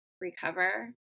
recover